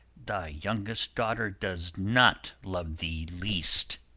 thy youngest daughter does not love thee least